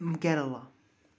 Kerala